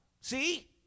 See